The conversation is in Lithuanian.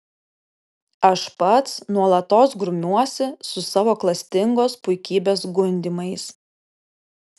aš pats nuolatos grumiuosi su savo klastingos puikybės gundymais